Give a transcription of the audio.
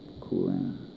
Cooling